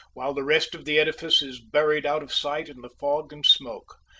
while the rest of the edifice is buried out of sight in the fog and smoke.